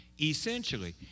essentially